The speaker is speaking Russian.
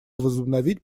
возобновить